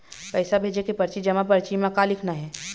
पैसा भेजे के परची जमा परची म का लिखना हे?